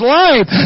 life